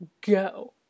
Go